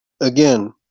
Again